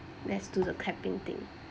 let's do the clapping thing